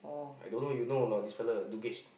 I don't know you know or not this fella Dugesh